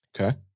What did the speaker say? Okay